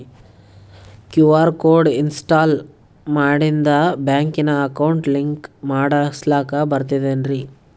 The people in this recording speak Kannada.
ಕ್ಯೂ.ಆರ್ ಕೋಡ್ ಇನ್ಸ್ಟಾಲ ಮಾಡಿಂದ ಬ್ಯಾಂಕಿನ ಅಕೌಂಟ್ ಲಿಂಕ ಮಾಡಸ್ಲಾಕ ಬರ್ತದೇನ್ರಿ